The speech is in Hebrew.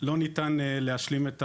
אי אפשר להשלים את העבודה,